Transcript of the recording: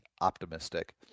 optimistic